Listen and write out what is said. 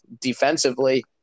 defensively